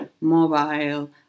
mobile